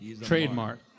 Trademark